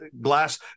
glass